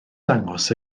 dangos